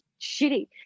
shitty